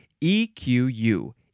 E-Q-U